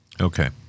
Okay